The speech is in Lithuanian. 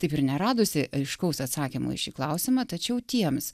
taip ir neradusi aiškaus atsakymo į šį klausimą tačiau tiems